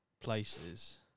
places